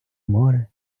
море